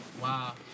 Wow